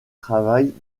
travaillent